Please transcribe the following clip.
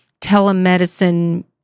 telemedicine